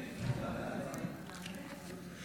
לנפגעי פעולות איבה (תיקון מס' 42)